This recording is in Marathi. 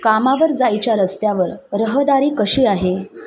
कामावर जायच्या रस्त्यावर रहदारी कशी आहे